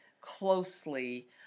closely